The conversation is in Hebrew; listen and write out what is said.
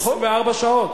24 שעות.